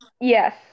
Yes